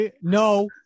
no